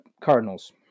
Cardinals